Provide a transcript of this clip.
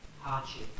hardship